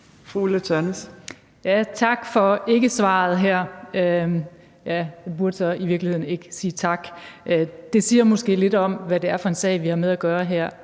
Tak for ikkesvaret her. Jeg burde så i virkeligheden ikke sige tak. Det siger måske lidt om, hvad det er for en sag, vi har at gøre med